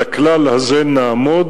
על הכלל הזה נעמוד.